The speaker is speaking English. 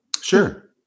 Sure